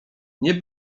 nie